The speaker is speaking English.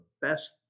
best